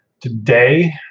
Today